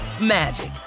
magic